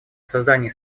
создании